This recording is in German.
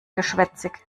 geschwätzig